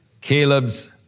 Caleb's